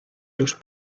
los